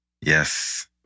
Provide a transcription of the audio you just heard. yes